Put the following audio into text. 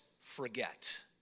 forget